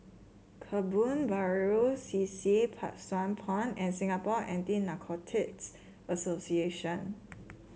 Kebun Baru C C Pang Sua Pond and Singapore Anti Narcotics Association